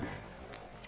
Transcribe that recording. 2